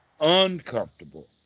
uncomfortable